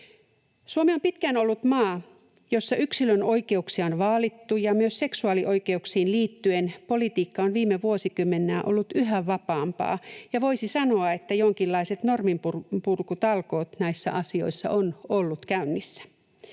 Suomi on pitkään ollut maa, jossa yksilön oikeuksia on vaalittu ja myös seksuaalioikeuksiin liittyen politiikka on viime vuosikymmeninä ollut yhä vapaampaa, ja voisi sanoa, että jonkinlaiset norminpurkutalkoot näissä asioissa ovat olleet käynnissä.